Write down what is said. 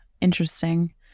interesting